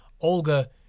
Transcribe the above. Olga